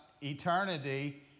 eternity